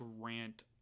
grant